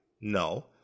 No